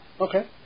Okay